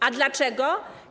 A dlaczego?